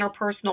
interpersonal